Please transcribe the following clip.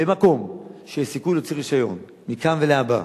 במקום שיש סיכוי להוציא רשיון מכאן ולהבא,